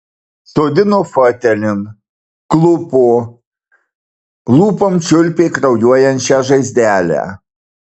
sodino fotelin klupo lūpom čiulpė kraujuojančią žaizdelę